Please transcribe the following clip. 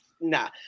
nah